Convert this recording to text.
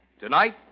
Tonight